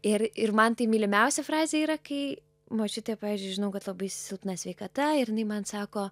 ir ir man tai mylimiausia frazė yra kai močiutė pavyzdžiui žinau kad labai silpna sveikata ir jinai man sako